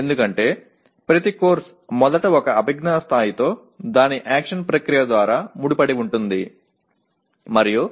ஏனென்றால் ஒவ்வொரு பாடநெறியும் முதலில் ஒரு அறிவாற்றல் மட்டத்துடன் அதன் செயல் வினைச்சொல் மூலம் தொடர்புடையது